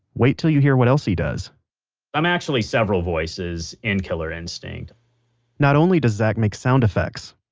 wait'll you hear what else he does i'm actually several voices in killer instinct not only does zach make sound effects,